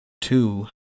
Two